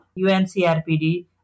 UNCRPD